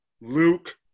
Luke